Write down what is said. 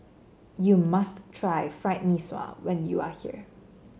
you must try Fried Mee Sua when you are here